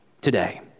today